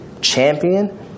champion